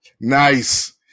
Nice